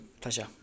pleasure